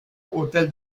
hôtel